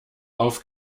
auf